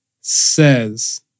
says